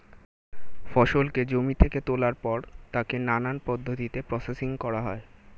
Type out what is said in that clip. ফসলকে জমি থেকে তোলার পর তাকে নানান পদ্ধতিতে প্রসেসিং করা হয়